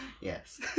Yes